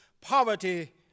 poverty